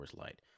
Light